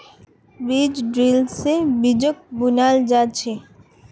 बीज ड्रिल से बीजक बुनाल जा छे